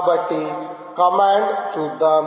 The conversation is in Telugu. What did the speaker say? కాబట్టి కమాండ్ చూద్దాం